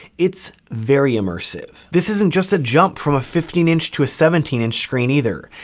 it's very immersive. this isn't just a jump from a fifteen inch to a seventeen inch screen either,